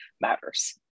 matters